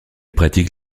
pratique